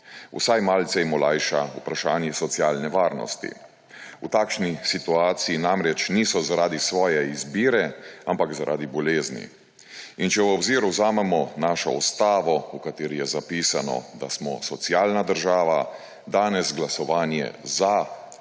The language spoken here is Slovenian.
Vsaj malce jim olajša vprašanje socialne varnosti. V takšni situaciji namreč niso zaradi svoje izbire, ampak zaradi bolezni. In če v obzir vzamemo našo ustavo, v kateri je zapisano, da smo socialna država, danes glasovanje za